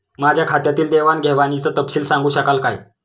माझ्या खात्यातील देवाणघेवाणीचा तपशील सांगू शकाल काय?